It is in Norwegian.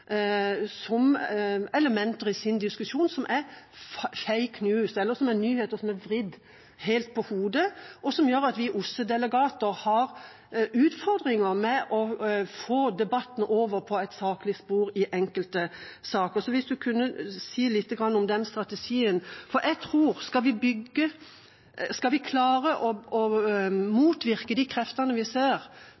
som elementer i sin diskusjon, som er «fake news», eller som er nyheter som er snudd helt på hodet, og som gjør at vi OSSE-delegater har utfordringer med å få debatten i enkelte saker over på et saklig spor. Så hvis ministeren kunne si lite grann om den strategien. For jeg tror at skal vi klare å